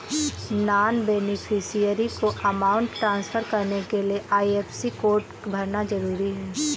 non beneficiary को amount transfer करने के लिए आई.एफ.एस.सी कोड भरना जरूरी है